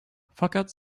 fakat